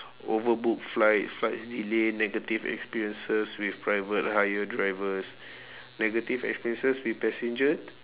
overbooked flights flights delay negative experiences with private hire drivers negative experiences with passenger